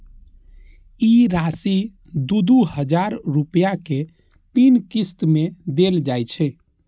ई राशि दू दू हजार रुपया के तीन किस्त मे देल जाइ छै